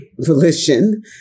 volition